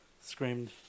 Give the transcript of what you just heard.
screamed